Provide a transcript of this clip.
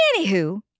Anywho